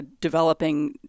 developing